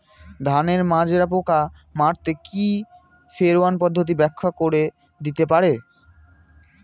ধানের মাজরা পোকা মারতে কি ফেরোয়ান পদ্ধতি ব্যাখ্যা করে দিতে পারে?